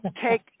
take